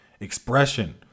expression